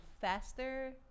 faster